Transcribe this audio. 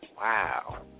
Wow